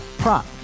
prop